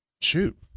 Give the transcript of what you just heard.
Shoot